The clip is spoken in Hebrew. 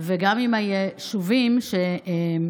וגם עם יישובים שבהם